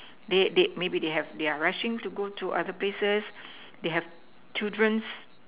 they they maybe they have their rushing to go to other places they have children